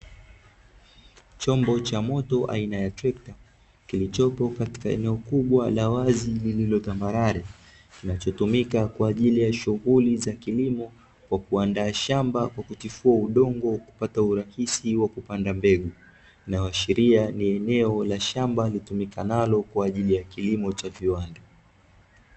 Chombo cha moto aina ya trekta kilichopo ndani ya eneo kubwa la wazi lililo tambarare, kinachotumika kwa ajili ya shughuli za kilimo kwa kuandaa shamba kwa kutifua udongo, kupata urahisi wa kupanda mbegu, inayoashiria ni eneo la shamba litumikanalo kwa ajili ya kilimo cha viwanda.